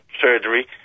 surgery